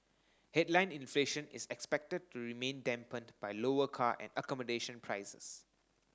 headline inflation is expected to remain dampened by lower car and accommodation prices